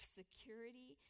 security